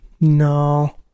no